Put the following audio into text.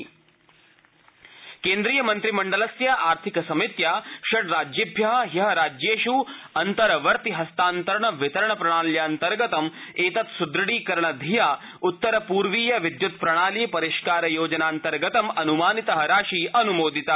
cabinet केन्द्रीयमन्त्रिमण्डलस्य आर्थिक समित्या षड राजेभ्यं ह्य राज्येष् अन्तर्वति हस्तान्तरण वितरण प्रणाल्यान्तर्गतं एतत् सुददीकरण धिया उत्तरपुर्वीय विद्युत प्रणाली परिष्कार योजनान्तर्गतं अनुमानितः राशिः अनुमोदिता